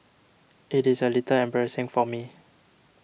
it is a little embarrassing for me